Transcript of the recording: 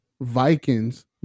Vikings